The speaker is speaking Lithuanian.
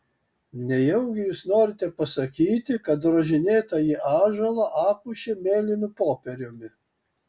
nejaugi jūs norite pasakyti kad drožinėtąjį ąžuolą apmušė mėlynu popieriumi